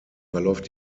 verläuft